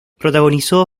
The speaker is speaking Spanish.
protagonizó